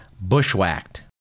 Bushwhacked